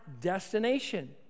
destination